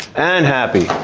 and happy.